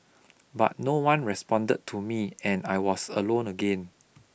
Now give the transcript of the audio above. but no one responded to me and I was alone again